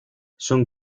son